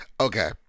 Okay